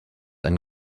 ein